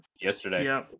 yesterday